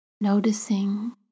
noticing